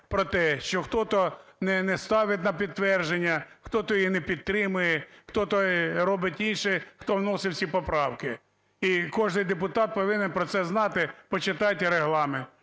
про те, що хто-то не ставить на підтвердження, хто-то її не підтримує, хто-то робить інше, хто вносив ці поправки. І кожен депутат повинен про це знати. Почитайте Регламент